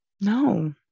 no